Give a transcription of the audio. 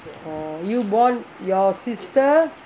oh you born your sister